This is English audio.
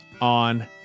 on